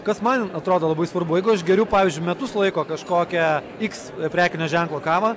kas man atrodo labai svarbu jeigu aš geriu pavyzdžiui metus laiko kažkokią iks prekinio ženklo kavą